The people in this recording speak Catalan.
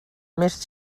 més